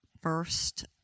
first